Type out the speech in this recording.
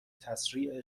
تسریع